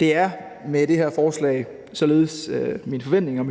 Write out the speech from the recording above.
Det er med det her forslag således min forventning og